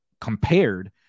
compared